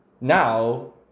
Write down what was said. Now